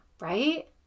Right